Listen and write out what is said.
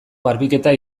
garbiketa